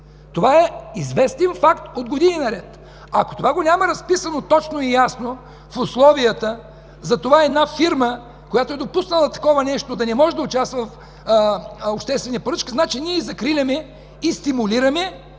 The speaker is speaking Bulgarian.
Това е известен факт от години наред. Ако това го няма разписано точно и ясно в условията за това една фирма, която е допуснала такова нещо, да не може да участва в обществени поръчки, значи ние закриляме и стимулираме